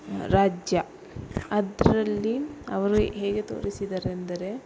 ರಾಜ್ಯ ಅದರಲ್ಲಿ ಅವರು ಹೇಗೆ ತೋರಿಸಿದಾರೆ ಅಂದರೆ